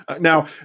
Now